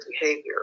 behavior